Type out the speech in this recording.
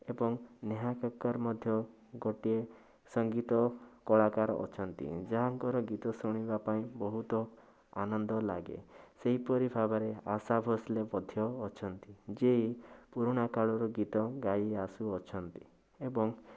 ଏବଂ ନେହା କକ୍କର୍ ମଧ୍ୟ ଗୋଟିଏ ସଙ୍ଗୀତ କଳାକାର ଅଛନ୍ତି ଯାହାଙ୍କର ଗୀତ ଶୁଣିବା ପାଇଁ ବହୁତ ଆନନ୍ଦ ଲାଗେ ସେହିପରି ଭାବରେ ଆଶା ଭୋସଲେ ମଧ୍ୟ ଅଛନ୍ତି ଯେ ପୁରୁଣା କାଳରୁ ଗୀତ ଗାଇ ଆସୁଅଛନ୍ତି ଏବଂ